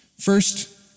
First